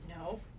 No